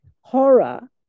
horror